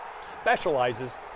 specializes